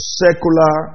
secular